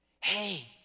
hey